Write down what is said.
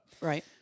Right